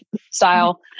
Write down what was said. style